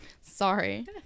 Sorry